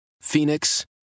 Phoenix